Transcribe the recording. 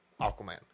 Aquaman